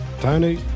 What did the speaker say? Tony